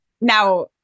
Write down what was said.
now